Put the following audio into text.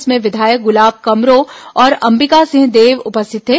इसमें विधायक गुलाब कमरो और अम्बिका सिंह देव उपस्थित थे